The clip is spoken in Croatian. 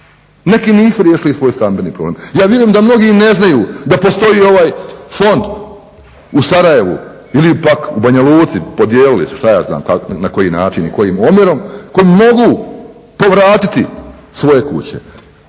Neki nisu riješili svoj stambeni problem. Ja vjerujem da mnogi i ne znaju da postoji ovaj fond u Sarajevu ili pak u Banja Luci, podijeli su, šta ja znam na koji način i kojim omjerom koji mogu povratiti svoje kuće.